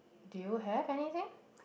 do you have anything